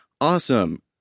awesome